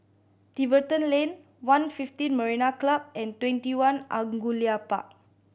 Tiverton Lane One fifteen Marina Club and TwentyOne Angullia Park